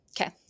Okay